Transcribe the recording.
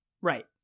Right